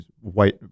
white